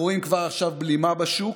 כבר עכשיו אנחנו רואים בלימה בשוק.